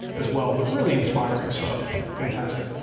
as well, but really inspiring stuff, fantastic.